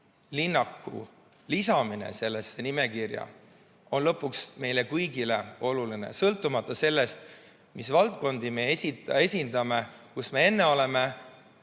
filmilinnaku lisamine sellesse nimekirja on lõpuks meile kõigile oluline, sõltumata sellest, mis valdkondi me esindame, kus me enne oleme